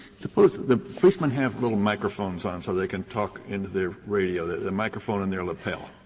suppose the policemen have little microphones on so they can talk into their radio, the microphone on their lapel.